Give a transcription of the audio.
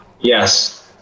Yes